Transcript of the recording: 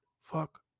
fuck